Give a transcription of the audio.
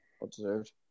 Well-deserved